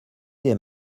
des